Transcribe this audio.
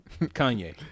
Kanye